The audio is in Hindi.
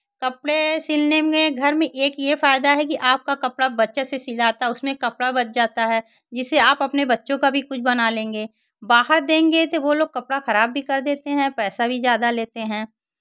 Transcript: कपड़े सिलने में घर में एक ये फ़ायदा है कि आपका कपड़ा बच्चे से सिलाता उसमें कपड़ा बच जाता है जिसे आप अपने बच्चों का भी कुछ बना लेंगे बाहर देंगे तो वो लोग कपड़ा खराब भी कर देते हैं पैसा भी ज़्यादा लेते हैं